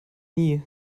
nie